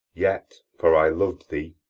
yet for i lov'd thee,